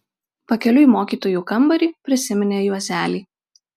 pakeliui į mokytojų kambarį prisiminė juozelį